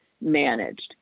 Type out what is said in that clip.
managed